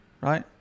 right